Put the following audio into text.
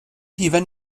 hufen